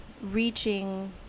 reaching